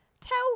tell